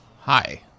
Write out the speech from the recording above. Hi